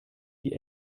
die